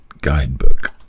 guidebook